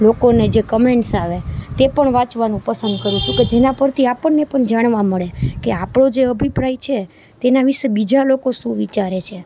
લોકોને જે કમેન્ટ્સ આવે તે પણ વાંચવાનું પસંદ કરું છું જેના પરથી આપણને પણ જાણવા મળે કે આપણો જે અભિપ્રાય છે તેના વિશે બીજા લોકો શું વિચારે છે